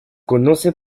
conocen